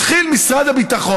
משרד הביטחון,